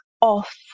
off